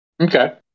Okay